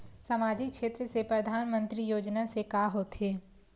सामजिक क्षेत्र से परधानमंतरी योजना से का होथे?